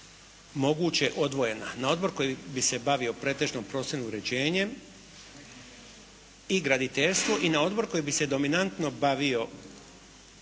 moguće odvojena. Na odbor koji bi se bavio pretežno prostornim uređenjem i graditeljstvo i na odbor koji bi se dominantno bavio